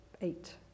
eight